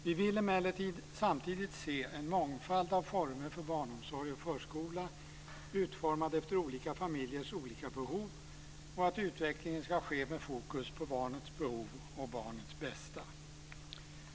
Vi vill emellertid samtidigt se en mångfald av former för barnomsorg och förskola, utformade efter olika familjers olika behov, och att utvecklingen ska ske med fokus på barnets behov och barnets bästa.